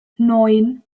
neun